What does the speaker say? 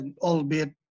albeit